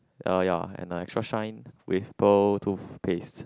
ya ya and I saw shine with pearl toothpaste